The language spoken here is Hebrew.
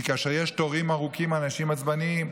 כי כאשר יש תורים ארוכים, אנשים עצבנים,